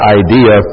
idea